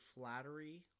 flattery